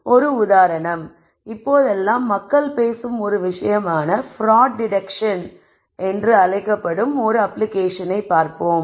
ஒரு உதாரணம் இப்போதெல்லாம் மக்கள் பேசும் ஒரு விஷயமான பிராட் டிடெக்ட்ஸன் என்று அழைக்கப்படுகிறது